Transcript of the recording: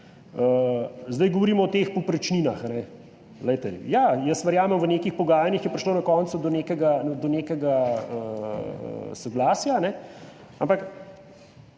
Govorimo o teh povprečninah. Ja, jaz verjamem, da je v nekih pogajanjih prišlo na koncu do nekega soglasja, ampak